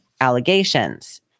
allegations